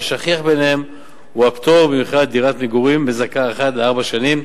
שהשכיח ביניהם הוא הפטור במכירת דירת מגורים שמזכה אחת לארבע שנים,